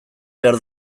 behar